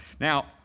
Now